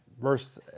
Verse